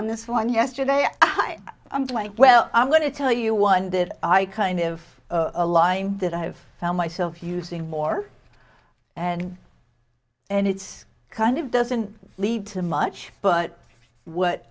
on this one yesterday i'm doing well i'm going to tell you one that i kind of a lie that i have found myself using more and and it's kind of doesn't lead to much but what